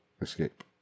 escape